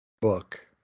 book